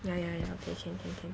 ya ya ya can can can can